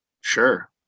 sure